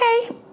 Okay